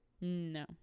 No